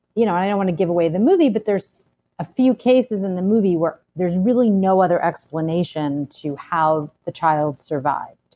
you know i don't want to give away the movie, but there's a few cases in the movie where there's really no other explanation to how the child survived,